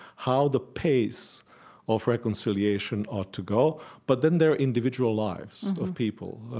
how the pace of reconciliation ought to go. but then there are individual lives of people,